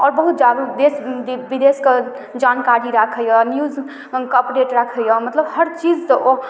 आओर बहुत जादा देश विदेशके जानकारी राखइए न्यूजके ऑपरेट राखइए मतलब हर चीजसँ ओ